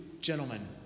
gentlemen